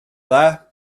dda